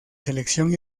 selección